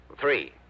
Three